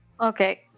Okay